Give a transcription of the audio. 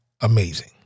amazing